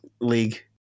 league